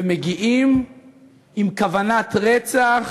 ומגיעים עם כוונת רצח